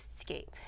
escape